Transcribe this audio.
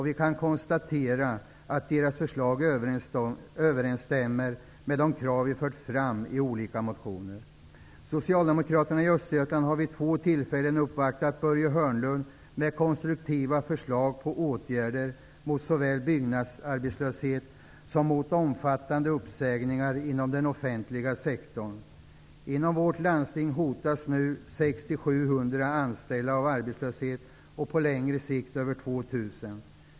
Vi kan konstatera att deras förslag överensstämmer med de krav som vi har fört fram i olika motioner. Socialdemokraterna i Östergötland har vid två tillfällen uppvaktat Börje Hörnlund med konstruktiva förslag till åtgärder mot såväl byggarbetslösheten som de omfattande uppsägningarna inom den offentliga sektorn. Inom vårt landsting hotas nu 600--700 anställda av arbetslöshet. På längre sikt gäller det mer än 2 000 personer.